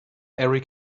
erik